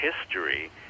history